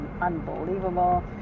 unbelievable